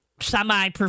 semi